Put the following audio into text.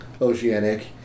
Oceanic